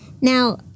Now